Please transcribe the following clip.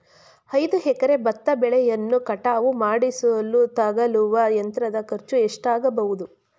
ಐದು ಎಕರೆ ಭತ್ತ ಬೆಳೆಯನ್ನು ಕಟಾವು ಮಾಡಿಸಲು ತಗಲುವ ಯಂತ್ರದ ಖರ್ಚು ಎಷ್ಟಾಗಬಹುದು?